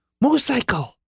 Motorcycle